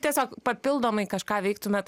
tiesiog papildomai kažką veiktumėt